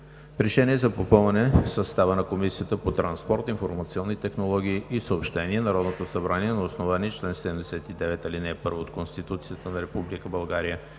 РЕШЕНИЕ за попълване състава на Комисията по транспорт, информационни технологии и съобщения Народното събрание на основание чл. 79, ал. 1 от Конституцията на Република България